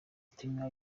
premier